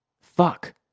Fuck